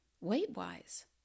weight-wise